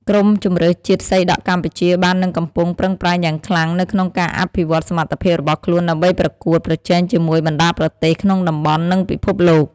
ក្រុមជម្រើសជាតិសីដក់កម្ពុជាបាននិងកំពុងប្រឹងប្រែងយ៉ាងខ្លាំងក្នុងការអភិវឌ្ឍសមត្ថភាពរបស់ខ្លួនដើម្បីប្រកួតប្រជែងជាមួយបណ្តាប្រទេសក្នុងតំបន់និងពិភពលោក។